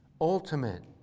ultimate